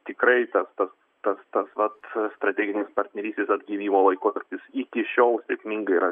tikrai tas tas tas tas vat strateginis partnerystės atgimimo laikotarpis iki šiol sėkmingai yra